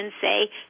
say